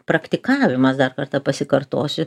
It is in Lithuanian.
praktikavimas dar kartą pasikartosiu